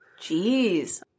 Jeez